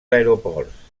aeroports